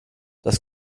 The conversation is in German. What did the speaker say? das